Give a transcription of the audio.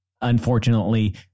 unfortunately